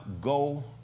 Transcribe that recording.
go